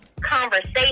conversation